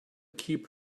keep